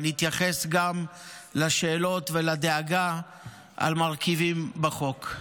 ואני אתייחס גם לשאלות ולדאגה ממרכיבים בחוק.